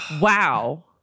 Wow